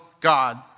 God